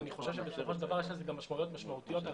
אני חושב שבסופו של דבר יש לזה גם משמעויות על המשטרה.